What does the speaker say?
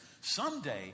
someday